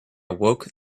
woke